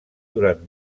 durant